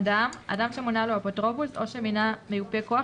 אדם שמונה לו אפוטרופוס או שמינה מיופה כוח,